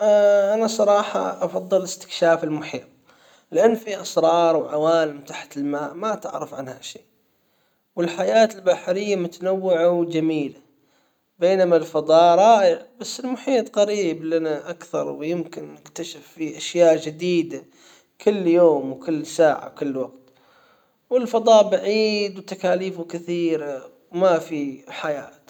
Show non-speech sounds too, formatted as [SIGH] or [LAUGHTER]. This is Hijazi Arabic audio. [HESITATION] انا صراحة افضل استكشاف المحيط لأن فيه أسرار وعوالم تحت الماء ما تعرف عنها شيء والحياة البحرية متنوعة وجميلة بينما الفضاء رائع بس المحيط قريب لنا اكثر ويمكن نكتشف فيه اشياء جديدة كل يوم وكل ساعة كل وقت والفضاء بعيد وتكاليفه كثيرة وما في حياة